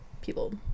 people